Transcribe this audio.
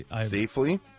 safely